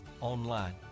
online